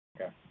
Okay